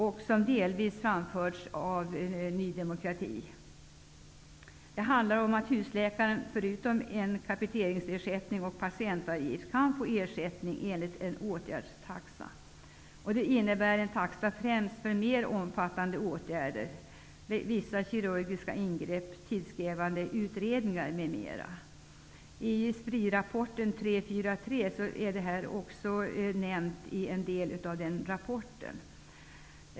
De har delvis framförts av Ny demokrati. Det handlar om att husläkaren förutom en kapiteringsersättning och patientavgift kan få ersättning enligt en åtgärdstaxa. Det skulle vara en taxa främst för mer omfattande åtgärder: vissa kirurgiska ingrepp, tidskrävande utredningar m.m. Detta nämns i Spri-rapport nr 343.